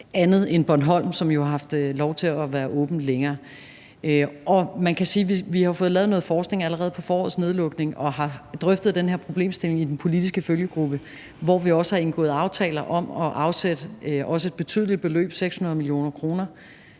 undtagen for Bornholm, som jo har haft lov til at være åbent længere. Vi har jo fået lavet noget forskning allerede på forårets nedlukning og har drøftet den her problemstilling i den politiske følgegruppe, hvor vi også har indgået aftaler om at afsætte også betydelige beløb – 600 mio. kr.